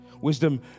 Wisdom